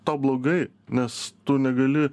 tau blogai nes tu negali